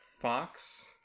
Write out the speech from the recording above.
fox